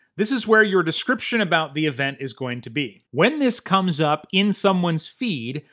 this is where your description about the event is going to be. when this comes up in someone's feed,